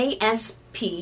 ASP